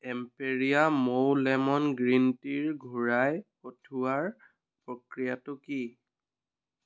এম্পেৰীয়া মৌ lemon green টিৰ ঘূৰাই পঠিওৱাৰ প্ৰক্ৰিয়াটো কি